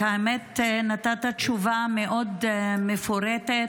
האמת, נתת תשובה מאוד מפורטת.